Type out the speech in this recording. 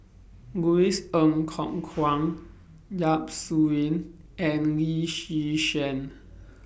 Louis Ng Kok Kwang Yap Su Yin and Lee Yi Shyan